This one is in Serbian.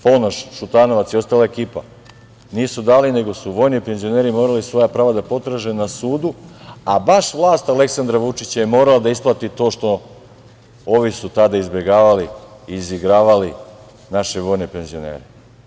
Ponoš, Šutanovac i ostala ekipa, nisu dali, nego su vojni penzioneri svoja prava da potraže na sudu, a baš vlast Aleksandra Vučića je morala da isplati to što su ovi tada izbegavali, izigravali naše vojne penzinere.